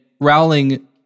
Rowling